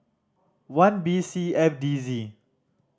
one B C F D Z